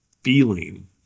feeling